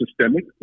systemic